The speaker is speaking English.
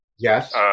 Yes